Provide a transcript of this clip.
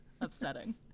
Upsetting